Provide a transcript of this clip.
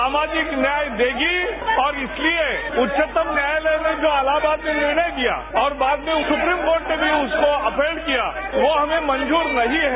सामाजिक न्याय देगी और इसलिए उच्चतम न्यायालय में जो इलाहाबाद में निर्णय दिया और बाद में सुप्रीम कोर्ट ने भी उसको अर्फेंड किया वो हमें मंजूर नहीं है